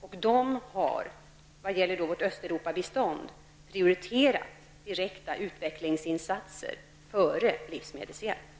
Vad gäller vårt bistånd till Östeuropa har man prioriterat direkta utvecklingsinsatser före livsmedelshjälp.